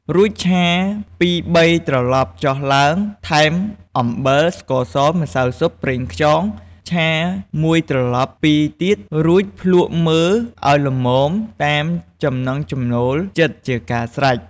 រួចឆាពីរបីត្រឡប់ចុះឡើង ថែមអំបិល ស្ករស ម្សៅស៊ុប ប្រេងខ្យង ឆាមួយត្រឡប់ពីរទៀត រួចភ្លក្សមើលឲ្យល្មមតាមចំណង់ចំណូលចិត្តជាការស្រេច។